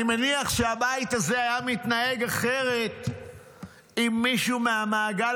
אני מניח שהבית הזה היה מתנהג אחרת אם מישהו מהמעגל